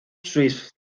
swift